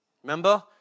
Remember